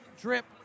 drip